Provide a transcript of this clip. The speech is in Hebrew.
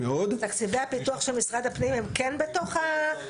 תקציבי הפיתוח של משרד הפנים הם כן בתוך זה?